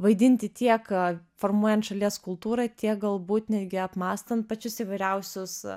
vaidinti tiek formuojant šalies kultūrą tiek galbūt netgi apmąstant pačius įvairiausius